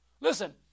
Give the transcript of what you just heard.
Listen